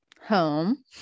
home